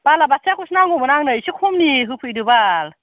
बालाबाथिया खौसो नांगौमोन आंनो एसे खमनि होफैदो बाल